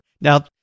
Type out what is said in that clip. Now